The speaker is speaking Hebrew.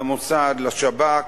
למוסד, לשב"כ,